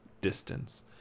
distance